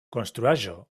konstruaĵo